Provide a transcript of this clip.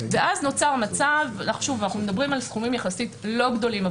אנחנו מדברים על סכומים יחסית לא גדולים,